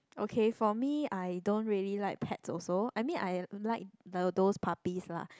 okay for me I don't really like pets also I mean I like the those puppies lah